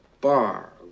bar